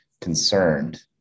concerned